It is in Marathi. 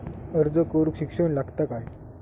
अर्ज करूक शिक्षण लागता काय?